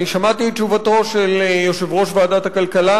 שמעתי את תשובתו של יושב-ראש ועדת הכלכלה